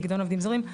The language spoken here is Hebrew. פיקדון עובדים זרים,